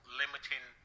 limiting